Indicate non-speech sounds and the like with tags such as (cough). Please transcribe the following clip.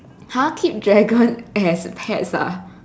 !huh! keep dragon as pets ah (laughs)